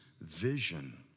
vision